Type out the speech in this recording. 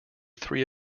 three